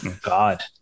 God